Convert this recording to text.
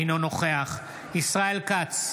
אינו נוכח ישראל כץ,